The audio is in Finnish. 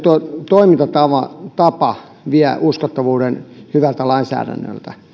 toimintatapa vie uskottavuuden hyvältä lainsäädännöltä